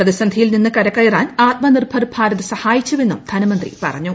പ്രതിസന്ധിയിൽ നിന്ന് കരകയറാൻ ആത്മനിർഭർ ഭാരത് സഹായിച്ചുവെന്നും ധനമന്ത്രി പറഞ്ഞു